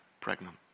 pregnant